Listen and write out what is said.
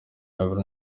gabiro